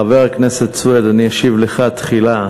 חבר הכנסת סוייד, אני אשיב לך תחילה.